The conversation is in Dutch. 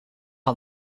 had